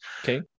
Okay